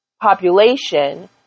population